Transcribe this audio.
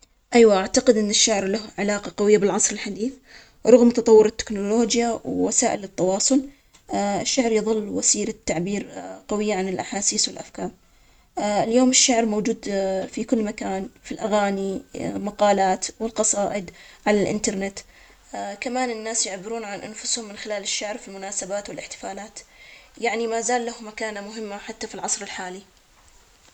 طبعاً أنا أعتقد إن الشعر له صلة قوية بالعصر الحديث, وبأي عصر, الشعر يعبر عن مشاعر الناس وأفكارهم ويعكس التغيرات في المجتمع, اليوم الشعر يتناول مواضيع معاصرة, مثل الهوية, والحرية, والتحديات, وسائل التواصل الإجتماعي ساعدت بنشر الشعر بشكل أوسع, وخلت الشعراء يتواصلون مع جمهور أكبر.